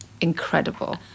incredible